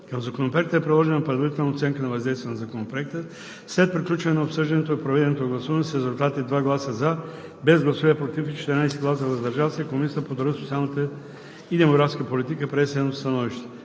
Към Законопроекта е приложена Предварителна оценка на въздействието на Законопроекта. След приключване на обсъждането и проведеното гласуване с резултати: 2 гласа „за“, без гласове „против“ и 14 гласа „въздържал се“ Комисията по труда, социалната и демографската политика прие следното становище: